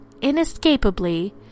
inescapably